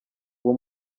uwo